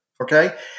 okay